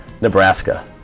Nebraska